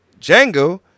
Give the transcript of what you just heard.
Django